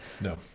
no